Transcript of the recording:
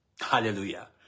Hallelujah